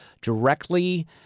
directly